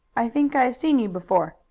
i think i have seen you before,